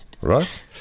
Right